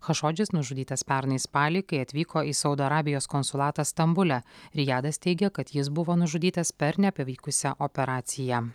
chašodžis nužudytas pernai spalį kai atvyko į saudo arabijos konsulatą stambule rijadas teigia kad jis buvo nužudytas per nepevykusią operaciją